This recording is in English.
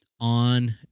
on